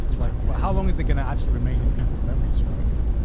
like, but how long is it going to actually remain in people's memories, you reckon?